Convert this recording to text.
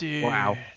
Wow